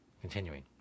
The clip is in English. Continuing